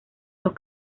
los